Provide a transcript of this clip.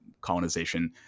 colonization